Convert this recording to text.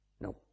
no